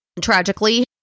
Tragically